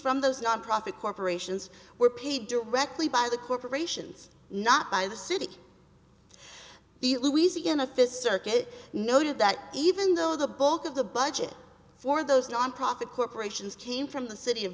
from those nonprofit corporations were paid directly by the corporations not by the city the louisiana fist circuit noted that even though the bulk of the budget for those nonprofit corporations came from the city of